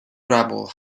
gravel